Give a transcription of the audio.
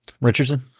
Richardson